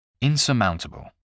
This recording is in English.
Insurmountable